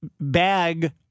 bag